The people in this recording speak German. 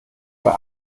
bei